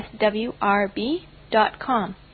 swrb.com